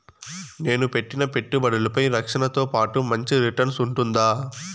నేను పెట్టిన పెట్టుబడులపై రక్షణతో పాటు మంచి రిటర్న్స్ ఉంటుందా?